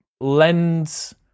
lends